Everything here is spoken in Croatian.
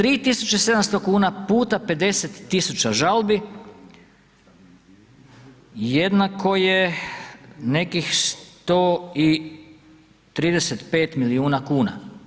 3.700 kuna puta 50.000 žalbi jednako je nekih 135 milijuna kuna.